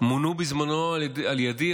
מונו בזמנו על ידי,